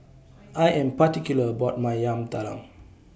I Am particular about My Yam Talam